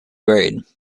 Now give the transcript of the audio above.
grade